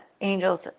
angels